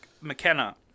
McKenna